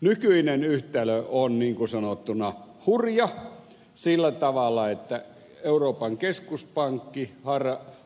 nykyinen yhtälö on niin kuin sanottuna hurja sillä tavalla että euroopan keskuspankki